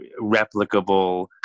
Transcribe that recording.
replicable